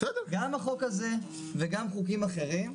גם החוק הזה וגם חוקים אחרים,